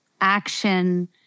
action